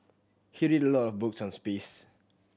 he read a lot of books on space